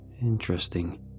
Interesting